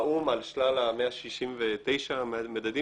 האו"ם על שלל ה-169 מדדים,